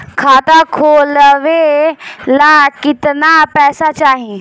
खाता खोलबे ला कितना पैसा चाही?